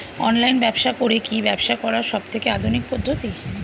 Online ব্যবসা করে কি ব্যবসা করার সবথেকে আধুনিক পদ্ধতি?